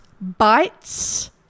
bites